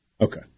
Okay